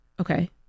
Okay